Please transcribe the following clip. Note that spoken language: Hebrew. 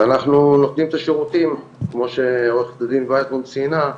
ואנחנו נותנים את השירותים כמו שעו"ד וייסבלום ציינה.